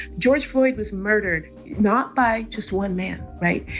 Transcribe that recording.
george foid was murdered not by just one man. right.